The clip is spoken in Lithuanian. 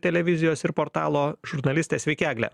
televizijos ir portalo žurnalistė sveiki egle